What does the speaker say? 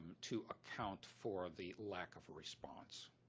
to account for the lack of a response.